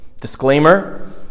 Disclaimer